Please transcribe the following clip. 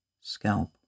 scalp